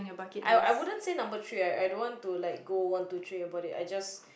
I I wouldn't say number three I I don't want like to go one two three about it I just